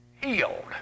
healed